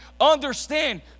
understand